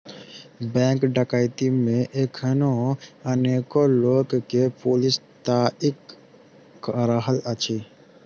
bank डकैती मे एखनो अनेको लोक के पुलिस ताइक रहल अछि